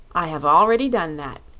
i have already done that,